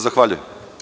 Zahvaljujem.